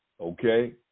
okay